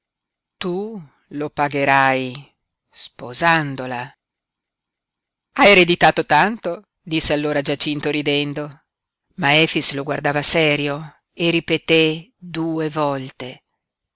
tu lo pagherai sposandola ha ereditato tanto disse allora giacinto ridendo ma efix lo guardava serio e ripeté due volte